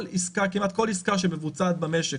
כמעט כל עסקה שמבוצעת במשק,